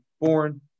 born